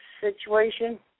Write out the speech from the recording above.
situation